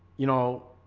you know